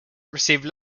receive